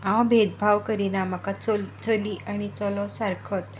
हांव भेदभाव करिना म्हाका चली आनी चलो सारकोच